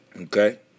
okay